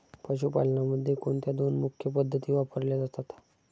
पशुपालनामध्ये कोणत्या दोन मुख्य पद्धती वापरल्या जातात?